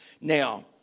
Now